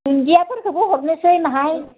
दुन्दियाफोरखौबो हरनोसै बाहाय